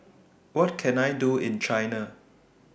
What Can I Do in China